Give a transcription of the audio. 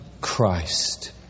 Christ